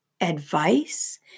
advice